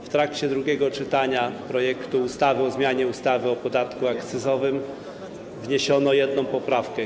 W trakcie drugiego czytania projektu ustawy o zmianie ustawy o podatku akcyzowym wniesiono jedną poprawkę.